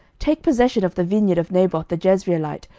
take possession of the vineyard of naboth the jezreelite,